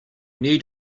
need